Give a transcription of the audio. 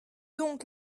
donc